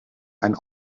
ein